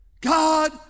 God